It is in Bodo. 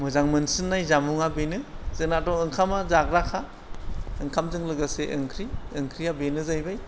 मोजां मोनसिननाय जामुंआ बेनो जोंनाथ' ओंखामा जाग्राखा ओंखामजों लोगोसे ओंख्रि ओंख्रिया बेनो जाहैबाय